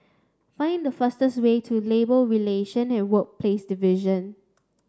find the fastest way to Labour Relation and Workplaces Division